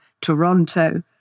Toronto